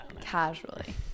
Casually